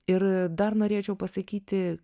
ir dar norėčiau pasakyti